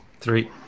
three